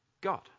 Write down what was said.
God